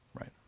Right